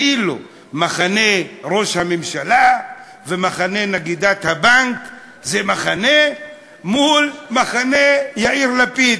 כאילו מחנה ראש הממשלה ומחנה נגידת הבנק הם מחנה מול מחנה יאיר לפיד,